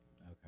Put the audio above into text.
Okay